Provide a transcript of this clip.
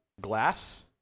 glass